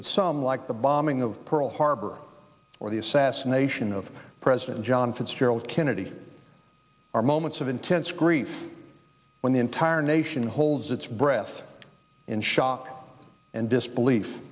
but some like the bombing of pearl harbor or the assassination of president john fitzgerald kennedy are moments of intense grief when the entire nation holds its breath in shock and disbelief